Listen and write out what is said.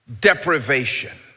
deprivation